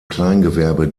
kleingewerbe